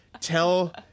tell